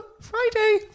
Friday